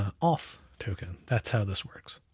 um auth token, that's how this works.